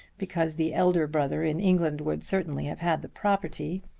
because the elder brother in england would certainly have had the property.